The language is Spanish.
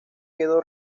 quedó